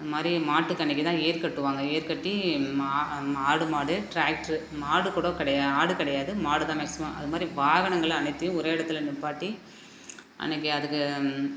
இது மாதிரி மாட்டுக்கு அன்றைக்கி தான் ஏர் கட்டுவாங்க ஏர் கட்டி மா ஆடு மாடு ட்ராக்ட்ரு மாடு கூட கெட ஆடு கிடையாது மாடு தான் மேக்ஸிமம் அது மாதிரி வாகனங்கள் அனைத்தையும் ஒரே இடத்துல நிற்பாட்டி அன்றைக்கி அதுக்கு